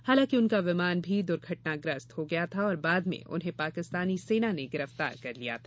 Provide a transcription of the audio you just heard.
हालांकि उनका विमान भी दुर्घटनाग्रस्त हो गया था और बाद में उन्हें पाकिस्तानी सेना ने गिरफ्तार कर लिया था